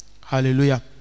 Hallelujah